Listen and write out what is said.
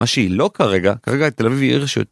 מה שהיא לא כרגע, כרגע תל אביב היא עיר של...